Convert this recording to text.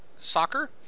soccer